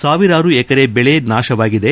ಸಾವಿರಾರು ಎಕರೆ ಬೆಳೆ ನಾಶವಾಗಿದೆ